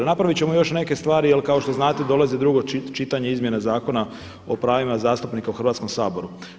Napravit ćemo još neke stvari, jer kao što znate dolazi drugo čitanje, izmjena Zakona o pravima zastupnika u Hrvatskom saboru.